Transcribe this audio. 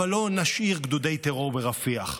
אבל לא נשאיר גדודי טרור ברפיח,